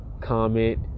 comment